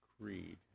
Creed